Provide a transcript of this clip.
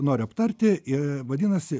noriu aptarti ir vadinasi